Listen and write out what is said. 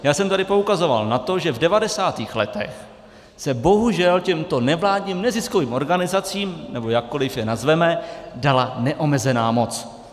Já jsem tady poukazoval na to, že v 90. letech se bohužel těmto nevládním neziskovým organizacím, nebo jakkoliv je nazveme, dala neomezená moc.